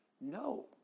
no